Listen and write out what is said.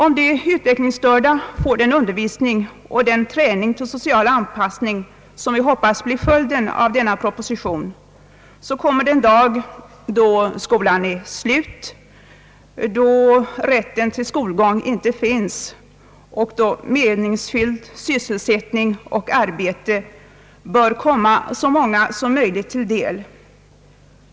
Om de utvecklingsstörda får den undervisning och den träning till social anpassning, som vi hoppas skall bli följden av denna proposition, kommer den dag då skolan är slut och rätten till' skolgång inte längre finns och då meningsfylld sysselsättning och arbete bör komma så många som möjligt till del.